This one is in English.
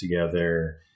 together